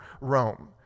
Rome